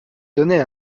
donnait